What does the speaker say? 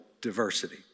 diversity